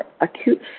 acute